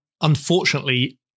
unfortunately